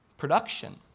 production